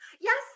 Yes